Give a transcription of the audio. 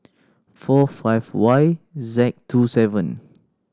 four five Y Z two seven